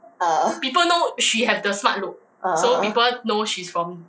uh uh uh